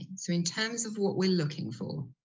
ah so in terms of what we're looking for,